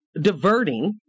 diverting